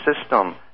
system